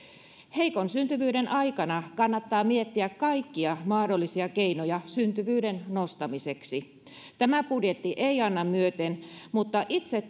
heikon syntyvyyden aikana kannattaa miettiä kaikkia mahdollisia keinoja syntyvyyden nostamiseksi tämä budjetti ei anna myöten mutta itse